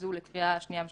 הזו לקריאה שנייה ושלישית,